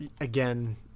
again